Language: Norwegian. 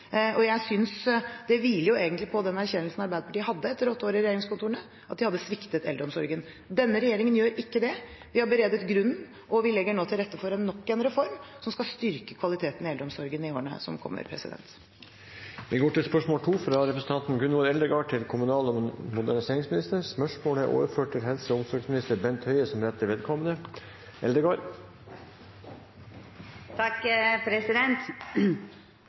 og jeg synes det hviler på den erkjennelsen Arbeiderpartiet hadde etter åtte år i regjeringskontorene, at de hadde sviktet eldreomsorgen. Denne regjeringen gjør ikke det. Vi har beredt grunnen, og vi legger nå til rette for nok en reform som skal styrke kvaliteten i eldreomsorgen i årene som kommer. Dette spørsmålet, fra Gunvor Eldegard til kommunal- og moderniseringsministeren, er overført til helse- og omsorgsministeren som rette vedkommende.